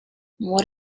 what